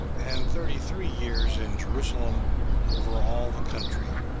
and thirty-three years in jerusalem over all the country.